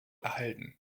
erhalten